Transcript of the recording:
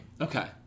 Okay